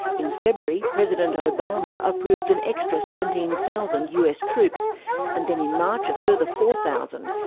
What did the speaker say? in february, president obama approved an extra seventeen thousand us troops and then in march a further four thousand,